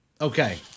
Okay